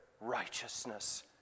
righteousness